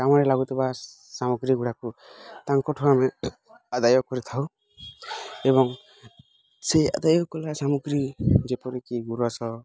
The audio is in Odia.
କାମରେ ଲାଗୁଥୁବା ସାମଗ୍ରୀ ଗୁଡ଼ାକୁ ତାଙ୍କଠାରୁ ଆମେ ଆଦାୟ କରିଥାଉ ଏବଂ ସେ ଆଦାୟ କଲା ସାମଗ୍ରୀ ଯେପରିକି ଗୁରସ